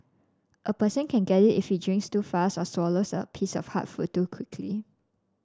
a person can get it if he drinks too fast or swallows a piece of hard food too quickly